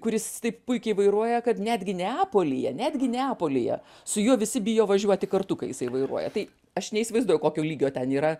kuris taip puikiai vairuoja kad netgi neapolyje netgi neapolyje su juo visi bijo važiuoti kartu kai jisai vairuoja tai aš neįsivaizduoju kokio lygio ten yra